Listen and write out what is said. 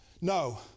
no